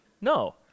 No